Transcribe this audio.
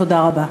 תודה רבה.